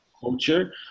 culture